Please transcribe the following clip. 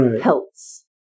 pelts